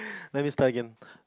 let me start again